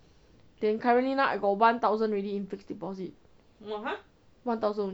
then currently now I got one thousand already in fixed deposit one thousand only